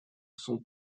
sont